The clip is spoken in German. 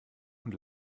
und